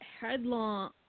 headlong